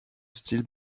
still